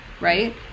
right